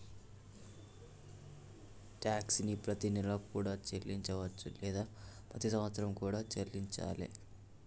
tax ని ప్రతినెలా కూడా చెల్లించవచ్చు లేదా ప్రతి సంవత్సరం కూడా చెల్లించాలే